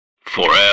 Forever